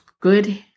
good